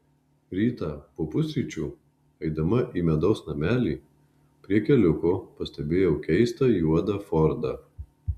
rytą po pusryčių eidama į medaus namelį prie keliuko pastebėjau keistą juodą fordą